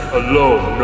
alone